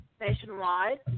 nationwide